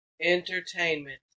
entertainment